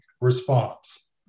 response